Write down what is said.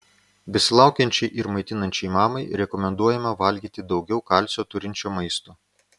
besilaukiančiai ir maitinančiai mamai rekomenduojama valgyti daugiau kalcio turinčio maisto